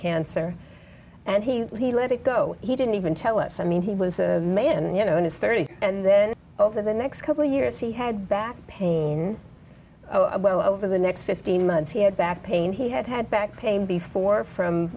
cancer and he let it go he didn't even tell us i mean he was a man you know in his thirty's and then over the next couple of years he had back pain well over the next fifteen months he had back pain he had had back pain before from